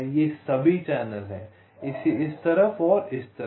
ये सभी चैनल हैं इसी तरह इस तरफ